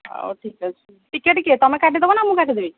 ହଉ ଠିକ ଅଛି ଟିକେଟ୍ କିଏ ତୁମେ କାଟିଦେବ ନା ମୁଁ କାଟିଦେବି